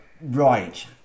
Right